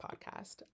podcast